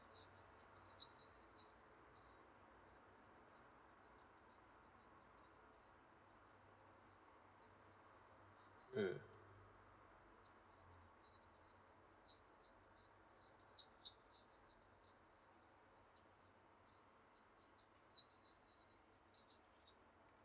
mm